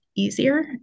easier